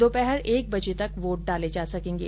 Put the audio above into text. दोपहर एक बजे तक वोट डाले जा सकेंगे